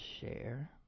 share